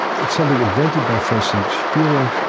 it's something invented by francine shapiro,